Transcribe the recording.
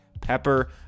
pepper